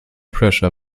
pressure